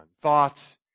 Thoughts